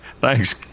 Thanks